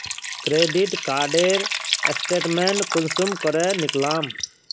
Credit कार्डेर statement कुंसम करे निकलाम?